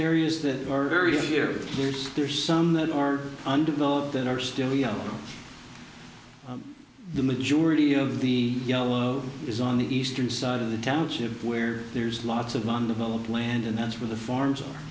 areas that are very good here there's there are some that are undeveloped that are still young the majority of the yellow is on the eastern side of the township where there's lots of wonderful old land and that's where the forms